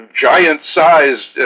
giant-sized